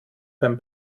beim